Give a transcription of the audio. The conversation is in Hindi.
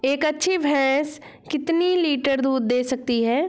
एक अच्छी भैंस कितनी लीटर दूध दे सकती है?